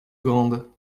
grande